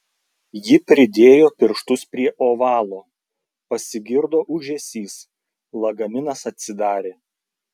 ji pridėjo pirštus prie ovalo pasigirdo ūžesys lagaminas atsidarė